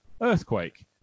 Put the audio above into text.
Earthquake